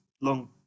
long